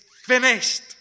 finished